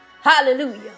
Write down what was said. Hallelujah